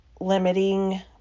limiting